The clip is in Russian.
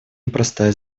непростая